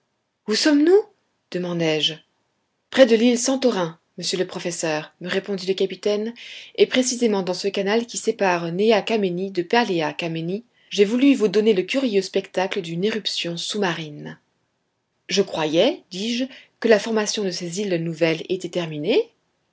où sommes-nous demandai-je près de l'île santorin monsieur le professeur me répondit le capitaine et précisément dans ce canal qui sépare néa kamenni de paléa kamenni j'ai voulu vous donner le curieux spectacle d'une éruption sous-marine je croyais dis-je que la formation de ces îles nouvelles était terminée